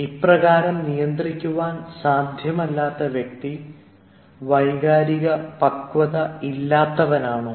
ഇപ്രകാരം നിയന്ത്രിക്കുവാൻ സാധ്യമല്ലാത്ത വ്യക്തി വൈകാരിക പക്വത ഇല്ലാത്തവനാണോ